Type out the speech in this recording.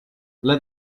let